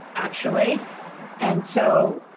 actually and so,